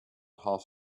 half